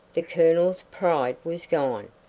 the colonel's pride was gone.